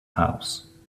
house